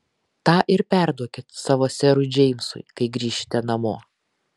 tą ir perduokit savo serui džeimsui kai grįšite namo